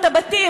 את הבתים,